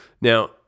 Now